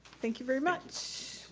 thank you very much.